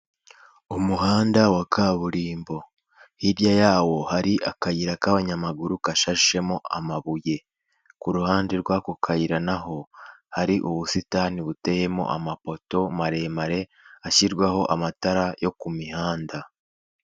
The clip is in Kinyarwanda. Umuhanda wa kaburimbo hirya yawo hari akayira k'abanyamaguru kashashemo amabuye, ku ruhande rw'ako kayira naho hari ubusitani buteyemo amapoto maremare ashyirwaho amatara yo ku mihanda.